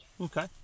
Okay